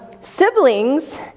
Siblings